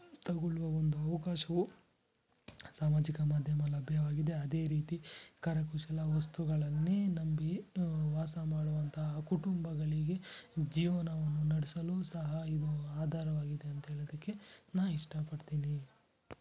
ತಗೊಳ್ಳುವ ಒಂದು ಅವಕಾಶವು ಸಾಮಾಜಿಕ ಮಾಧ್ಯಮ ಲಭ್ಯವಾಗಿದೆ ಅದೇ ರೀತಿ ಕರಕುಶಲ ವಸ್ತುಗಳನ್ನೇ ನಂಬಿ ವಾಸ ಮಾಡುವಂತಹ ಕುಟುಂಬಗಳಿಗೆ ಜೀವನವನ್ನು ನಡೆಸಲು ಸಹಾಯವು ಆಧಾರವಾಗಿದೆ ಅಂತ ಹೇಳೋದಕ್ಕೆ ನಾನು ಇಷ್ಟಪಡ್ತೀನಿ